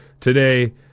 today